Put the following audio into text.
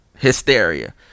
hysteria